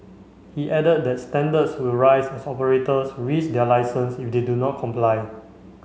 he added that standards will rise as operators risk their licence if they do not comply